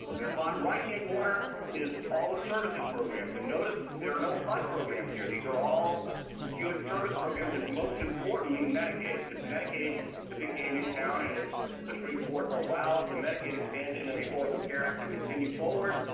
in the bottom right-hand corner is all the services programs. and notice there are no hud programs here. these are all human service programs, and most importantly medicaid. because medicaid's the big game in town. and if the supreme court allows the medicaid expansion and the affordable care act to continue forward,